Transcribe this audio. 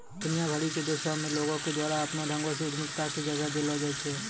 दुनिया भरि के देशो मे लोको के द्वारा अपनो ढंगो से उद्यमिता के जगह देलो जाय छै